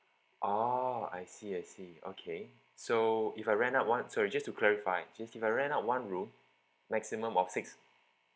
oh I see I see okay so if I rent out one sorry just to clarify this if I rent out one room maximum of six